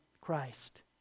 Christ